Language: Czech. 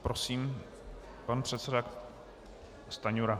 Prosím, pan předseda Stanjura.